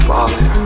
Father